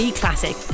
classic